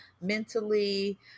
mentally